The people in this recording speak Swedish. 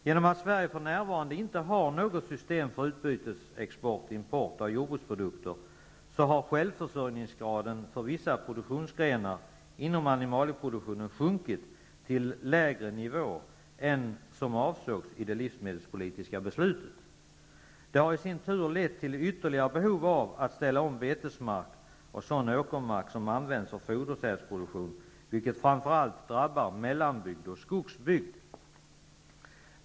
Genom att Sverige för närvarande inte har något system för utbytesexport/import av jordbruksprodukter har självförsörjningsgraden för vissa produktionsgrenar inom animalieproduktionen sjunkit till lägre nivå än som avsågs i det livsmedelspolitiska beslutet. Det har i sin tur lett till ytterligare behov av att ställa om betesmark och sådan åkermark som används för fodersädsproduktion, vilket framför allt drabbar mellanbygd och skogsbygd.